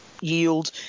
yield